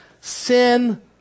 sin